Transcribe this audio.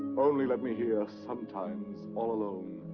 only let me hear, sometimes, all alone,